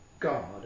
God